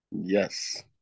Yes